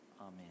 amen